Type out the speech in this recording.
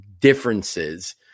differences